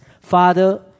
Father